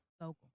Local